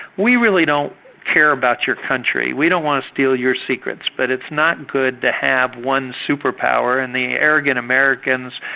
we really don't care about your country, we don't want to steal your secrets, but it's not good to have one superpower and the arrogant americans,